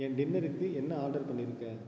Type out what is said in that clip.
என் டின்னருக்கு என்ன ஆர்டர் பண்ணியிருக்க